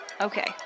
Okay